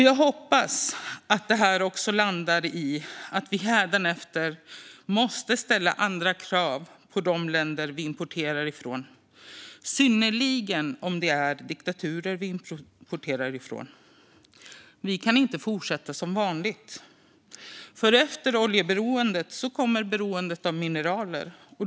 Jag hoppas att det här också landar i att vi hädanefter måste ställa andra krav på de länder som vi importerar ifrån, i synnerhet om det handlar om diktaturer. Vi kan inte fortsätta som vanligt. Efter oljeberoendet kommer beroendet av mineraler.